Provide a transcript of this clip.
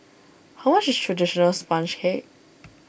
how much is Traditional Sponge Cake